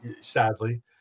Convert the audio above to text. sadly